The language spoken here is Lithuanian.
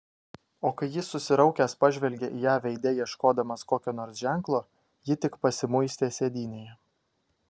o kai jis susiraukęs pažvelgė į ją veide ieškodamas kokio nors ženklo ji tik pasimuistė sėdynėje